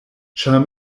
ĉar